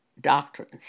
doctrines